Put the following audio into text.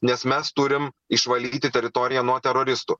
nes mes turim išvalyti teritoriją nuo teroristų